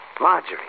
Marjorie